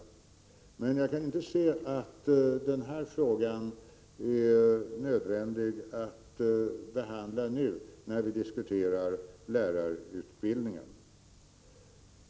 Jag kan emellertid inte se att denna fråga är nödvändig att behandla nu, när vi diskuterar lärarutbildningen.